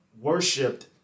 worshipped